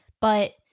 But-